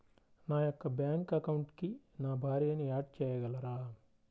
నా యొక్క బ్యాంక్ అకౌంట్కి నా భార్యని యాడ్ చేయగలరా?